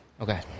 Okay